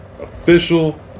Official